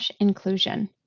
inclusion